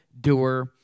doer